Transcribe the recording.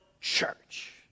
church